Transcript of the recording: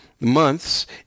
months